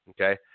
okay